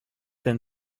than